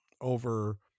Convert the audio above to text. over